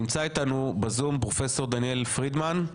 נמצא איתנו ב-זום פרופ' דניאל פרידמן,